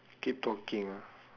keep talking ah